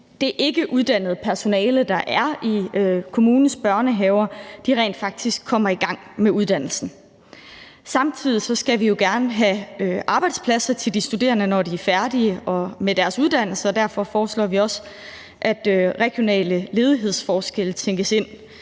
det ikkeuddannede personale, der er i kommunens børnehaver, og hjælpe dem med rent faktisk at komme i gang med uddannelsen. Samtidig skulle vi gerne have arbejdspladser til de studerende, når de er færdige med deres uddannelser, og derfor foreslår vi også, at regionale ledighedsforskelle tænkes ind